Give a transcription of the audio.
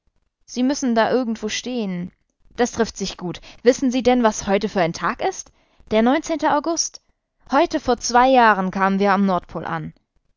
sie müssen da irgendwo stehen das trifft sich gut wissen sie denn was heute für ein tag ist der neunzehnte august heute vor zwei jahren kamen wir am nordpol an